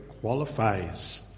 qualifies